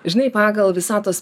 žinai pagal visatos